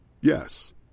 Yes